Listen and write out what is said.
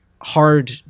hard